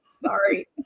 Sorry